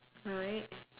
alright